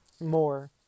more